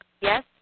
Yes